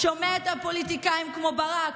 שומע את הפוליטיקאים כמו ברק,